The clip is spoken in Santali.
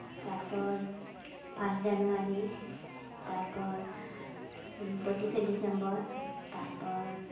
ᱛᱟᱨᱯᱚᱨ ᱯᱷᱟᱥ ᱡᱟᱱᱩᱣᱟᱨᱤ ᱛᱟᱨᱯᱚᱨ ᱯᱚᱸᱪᱤᱥᱮ ᱰᱤᱥᱮᱢᱵᱚᱨ ᱛᱟᱨᱯᱚᱨ